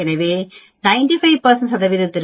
எனவே 95 சதவீதத்திற்கு p 0